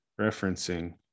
referencing